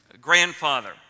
grandfather